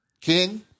King